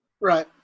right